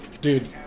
Dude